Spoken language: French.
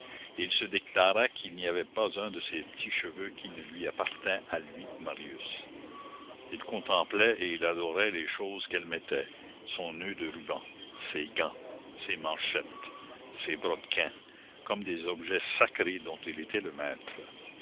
il se déclarait qu'il n'y avait pas un de ces petits cheveux qui ne lui appartint à lui marius il contemplait et il adorait les choses qu'elle mettait son noeud de ruban ses gants ses manchettes ses brodequins comme des objets sacrés dont il était le maître